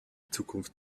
zukunft